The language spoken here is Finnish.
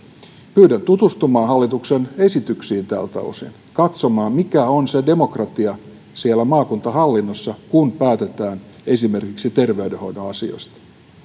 pyydän tutustumaan hallituksen esityksiin tältä osin katsomaan mikä on se demokratia maakuntahallinnossa kun päätetään esimerkiksi terveydenhoidon asioista